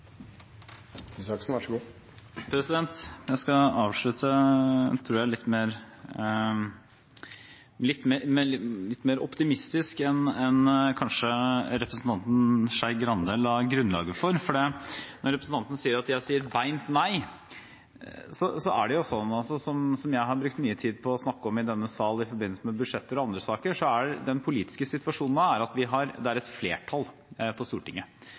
riktig observasjon. Så i møte mellom forskere og barn kan du kanskje finne ny kunnskap, som jeg i hvert fall har brukt mye i ettertid ved dinosaurkjøp, for det er de kjøttetende som er de kule. Jeg tror jeg skal avslutte litt mer optimistisk enn representanten Skei Grande kanskje la grunnlaget for. Representanten sier at jeg sier «beint nei», men det er jo slik som jeg har brukt mye tid på å snakke om i denne sal i forbindelse med budsjetter og andre saker, at den politiske situasjonen nå er